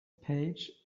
page